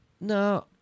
No